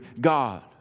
God